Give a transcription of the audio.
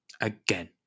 again